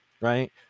Right